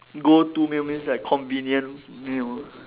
go to meal means like convenient meal